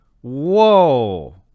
Whoa